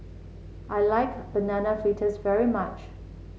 I like Banana Fritters very much